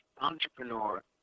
entrepreneur